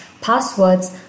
passwords